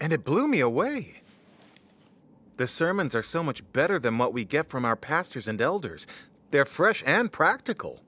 and it blew me away the sermons are so much better than what we get from our pastors and elders they're fresh and practical